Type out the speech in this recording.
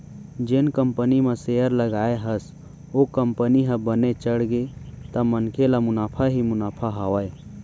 जेन कंपनी म सेयर लगाए हस ओ कंपनी ह बने चढ़गे त मनखे ल मुनाफा ही मुनाफा हावय